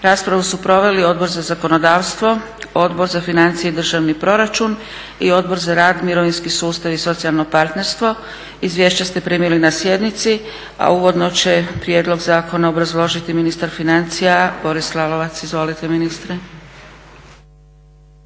Raspravu su proveli Odbor za zakonodavstvo, Odbor za financije i državi proračun i Odbor za rad, mirovinski sustav i socijalno partnerstvo. Izvješća ste primili na sjednici, a uvodno će prijedlog zakona obrazložiti ministar financija Boris Lalovac. Izvolite ministre.